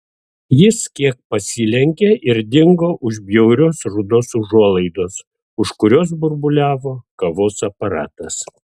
jis kiek pasilenkė ir dingo už bjaurios rudos užuolaidos už kurios burbuliavo kavos aparatas